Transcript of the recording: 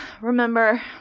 remember